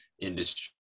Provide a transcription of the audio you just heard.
industry